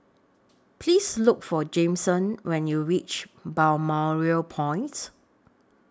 Please Look For Jameson when YOU REACH Balmoral Point